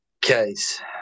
case